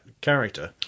character